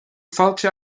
fáilte